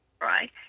right